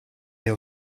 your